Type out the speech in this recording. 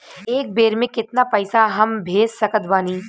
एक बेर मे केतना पैसा हम भेज सकत बानी?